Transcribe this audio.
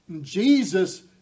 Jesus